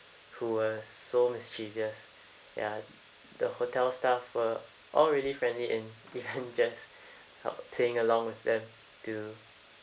who were so mischievous ya the hotel staff were all really friendly and even just help sing along with them to